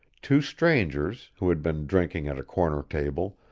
two strangers, who had been drinking at a corner table,